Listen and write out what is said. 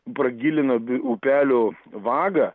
pragilina upelio vagą